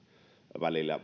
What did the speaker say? välillä